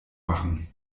machen